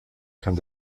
kann